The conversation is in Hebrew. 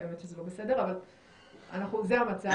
האמת שזה לא בסדר, אבל זה המצב,